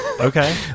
Okay